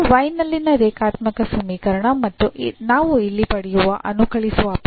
ಇದು y ನಲ್ಲಿನ ರೇಖಾತ್ಮಕ ಸಮೀಕರಣ ಮತ್ತು ನಾವು ಇಲ್ಲಿ ಪಡೆಯುವ ಅನುಕಲಿಸುವ ಅಪವರ್ತನವು ಆಗಿದೆ